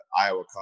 Iowa